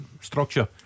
Structure